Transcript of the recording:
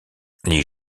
les